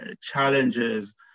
challenges